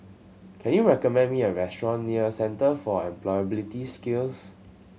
can you recommend me a restaurant near Centre for Employability Skills